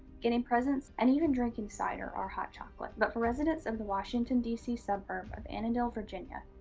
getting presents and even drinking cider or hot chocolate. but for residents of the washington, d. c. suburb of annandale, virginia,